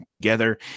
together